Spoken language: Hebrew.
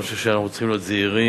ואני חושב שאנחנו צריכים להיות זהירים